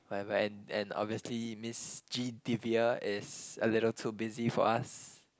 whatever and and obviously Miss G Divya is a little too busy for us